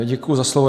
Děkuji za slovo.